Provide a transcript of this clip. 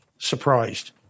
surprised